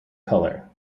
color